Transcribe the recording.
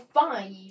Five